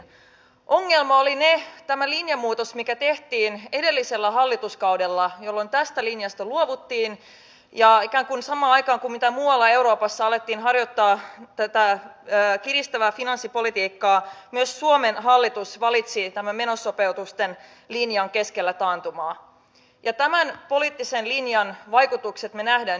ongelma oli tämä linjanmuutos mikä tehtiin edellisellä hallituskaudella jolloin tästä linjasta luovuttiin ja ikään kuin samaan aikaan kun muualla euroopassa alettiin harjoittaa kiristävää finanssipolitiikkaa myös suomen hallitus valitsi tämän menosopeutusten linjan keskellä taantumaa ja tämän poliittisen linjan vaikutukset me näemme nyt